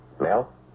Mel